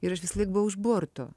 ir aš visąlaik buvau už borto